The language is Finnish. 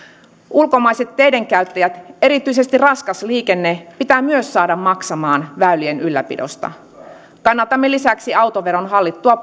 ulkomaiset teidenkäyttäjät erityisesti raskas liikenne pitää myös saada maksamaan väylien ylläpidosta kannatamme lisäksi autoveron hallittua